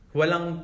walang